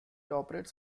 operates